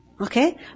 Okay